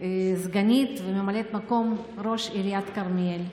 סגנית וממלאת מקום ראש עיריית כרמיאל.